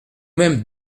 même